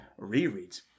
rereads